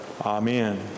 Amen